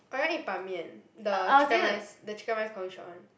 or you want eat Ban-Mian the chicken rice the chicken rice coffee shop [one]